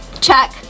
check